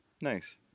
Nice